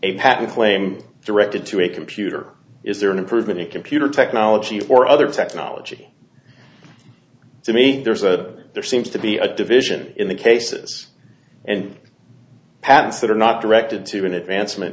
patent claim directed to a computer is there an improvement in computer technology or other technology to me there's a there seems to be a division in the cases and patents that are not directed to an advancement